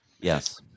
Yes